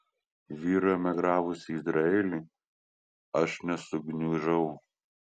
vyrui emigravus į izraelį aš nesugniužau